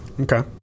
Okay